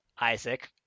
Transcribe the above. isaac